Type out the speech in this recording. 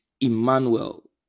Emmanuel